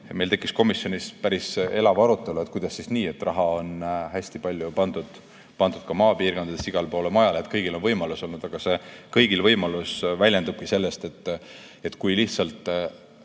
tekkis meil komisjonis päris elav arutelu selle üle, kuidas siis nii, et raha on hästi palju pandud ka maapiirkondadesse ja igale poole mujale, ehk kõigil on võimalus olnud, aga see kõigi võimalus väljendubki selles, et kui lihtsalt